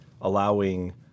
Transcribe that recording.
allowing